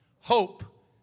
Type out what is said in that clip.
hope